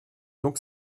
donc